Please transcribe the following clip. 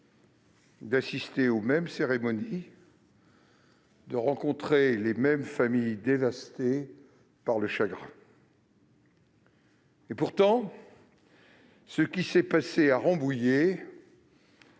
d'assister aux mêmes cérémonies, de rencontrer les mêmes familles dévastées par le chagrin. Pourtant, ce qui s'est passé à Rambouillet,